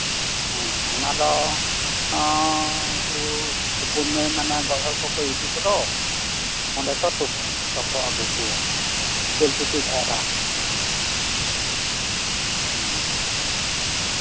ᱦᱮᱸ ᱚᱱᱟᱫᱚ ᱩᱱᱠᱩ ᱛᱩᱯᱩᱱ ᱱᱟᱹᱭ ᱢᱟᱱᱮ ᱜᱚᱡ ᱦᱚᱲ ᱠᱚᱠᱚ ᱤᱫᱤ ᱠᱚᱫᱚ ᱚᱱᱰᱮ ᱠᱚ ᱛᱩᱯᱩ ᱟᱹᱜᱩ ᱠᱚᱣᱟ ᱛᱮᱞᱠᱩᱤ ᱱᱟᱹᱭ ᱜᱷᱟᱴ ᱦᱮᱸ